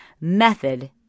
method